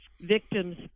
victims